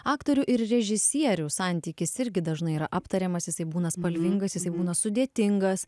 aktorių ir režisierių santykis irgi dažnai yra aptariamas jisai būna spalvingas jisai būna sudėtingas